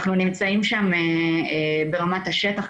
אנחנו נמצאים שם ברמת השטח,